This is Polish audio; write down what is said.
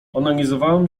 onanizowałam